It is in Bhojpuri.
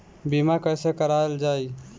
बीमा कैसे कराएल जाइ?